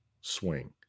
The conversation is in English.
swing